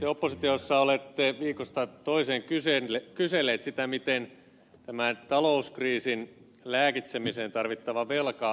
te oppositiossa olette viikosta toiseen kyselleet sitä miten tämän talouskriisin lääkitsemiseen tarvittava velka maksetaan